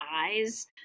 eyes